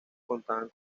contaban